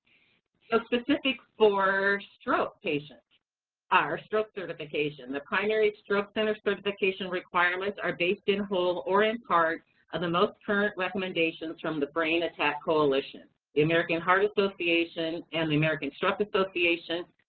so specific for stroke patients are stroke certification. the primary stroke center certification requirements are based in whole or in part of the most current recommendations from the brain attack coalition, the american heart association, and the american stroke association,